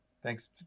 Thanks